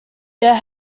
there